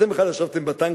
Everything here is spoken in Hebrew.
אתם בכלל ישבתם בטנקים,